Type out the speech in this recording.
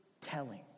telling